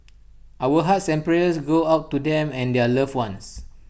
our hearts and prayers go out to them and their loved ones